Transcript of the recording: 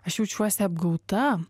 aš jaučiuosi apgauta